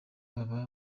baba